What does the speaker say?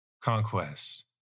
conquest